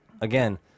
again